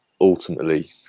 ultimately